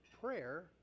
prayer